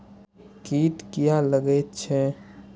कीट किये लगैत छै?